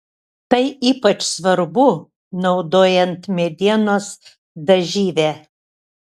tai ypač svarbu naudojant medienos dažyvę